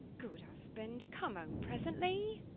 good husband come home presently.